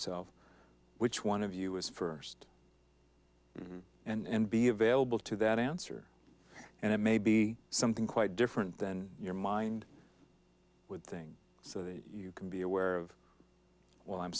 self which one of you is first and be available to that answer and it may be something quite different than your mind would thing so that you can be aware of well i'm